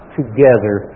together